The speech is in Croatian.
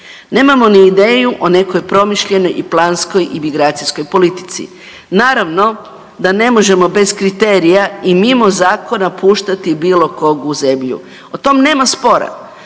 Nemamo ni ideju o nekoj promišljenoj i planskoj imigracijskoj politici. Naravno da ne možemo bez kriterija i mimo zakona puštati bilo kog u zemlju, o tom nema spora,